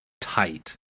tight